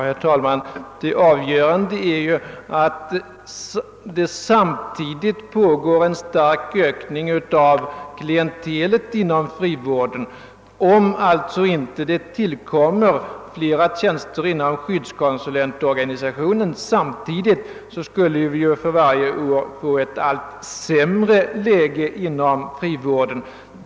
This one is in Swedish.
Herr talman! Det avgörande är ju att det pågår en stark ökning av klientelet inom frivården. Om det alltså inte samtidigt skulle tillkomma flera tjänster inom skyddskonsulentorganisationen skulle vi för varje år få ett allt sämre läge inom frivården.